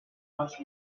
much